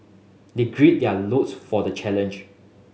they gird their loins for the challenge